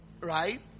right